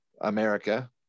America